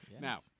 Now